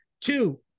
two